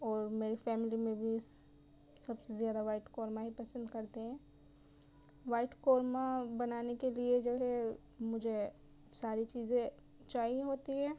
اور میری فیملی میں بھی سب سے زیادہ وائٹ قورمہ ہی پسند کرتے ہیں وائٹ قورمہ بنانے کے لیے جو ہے مجھے ساری چیزیں چاہیے ہوتی ہے